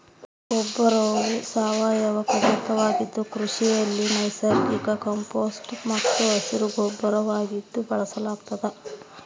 ಗೊಬ್ಬರವು ಸಾವಯವ ಪದಾರ್ಥವಾಗಿದ್ದು ಕೃಷಿಯಲ್ಲಿ ನೈಸರ್ಗಿಕ ಕಾಂಪೋಸ್ಟ್ ಮತ್ತು ಹಸಿರುಗೊಬ್ಬರವಾಗಿ ಬಳಸಲಾಗ್ತದ